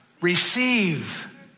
Receive